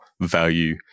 value